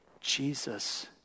Jesus